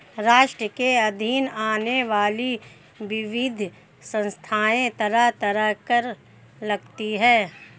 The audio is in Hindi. राष्ट्र के अधीन आने वाली विविध संस्थाएँ तरह तरह के कर लगातीं हैं